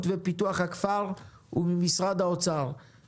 ופיתוח הכפר וממשרד האוצר נקיים דיון המשך.